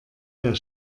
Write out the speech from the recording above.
der